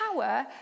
power